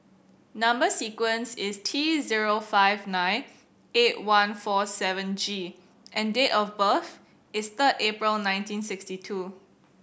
number sequence is T zero five nine eight one four seven G and date of birth is third April nineteen sixty two